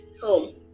home